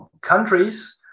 Countries